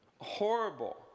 horrible